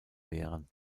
wären